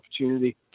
opportunity